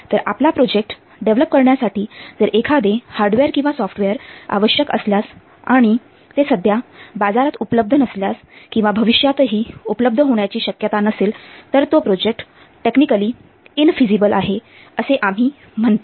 तर आपला project develop करण्यासाठी जर एखादे हार्डवेअर किंवा सॉफ्टवेअर आवश्यक असल्यास आणि ते सध्या बाजारात उपलब्ध नसल्यास किंवा भविष्यातही उपलब्ध होण्याची शक्यता नसेल तर तो प्रोजेक्ट टेक्निकल इन फिझीबल आहे असे आम्ही म्हणतो